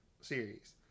series